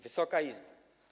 Wysoka Izbo!